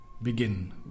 begin